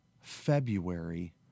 February